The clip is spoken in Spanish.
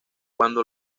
cuando